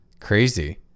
Crazy